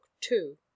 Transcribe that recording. Two